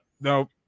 no